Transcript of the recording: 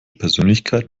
persönlichkeit